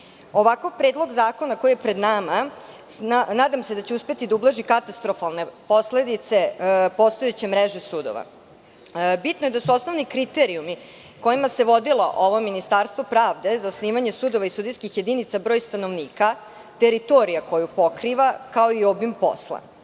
predlog zakona koji je pred nama nadam se da će uspeti da ublaži katastrofalne posledice postojeće mreže sudova. Bitno je da su osnovni kriterijumi kojima se vodilo ovo Ministarstvo pravde za osnivanje sudova i sudijskih jedinica broj stanovnika, teritorija koju pokriva, kao i obim posla.